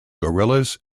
gorillas